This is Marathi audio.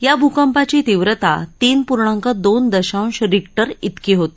या भूकंपाची तीव्रता तीन पूर्णांक दोन दशांश रिक्टर विकी होती